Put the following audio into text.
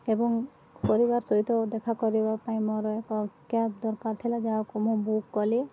ଏବଂ ପରିବାର ସହିତ ଦେଖା କରିବା ପାଇଁ ମୋର ଏକ କ୍ୟାବ୍ ଦରକାର ଥିଲା ଯାହାକୁ ମୁଁ ବୁକ୍ କଲି